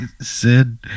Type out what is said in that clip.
Sid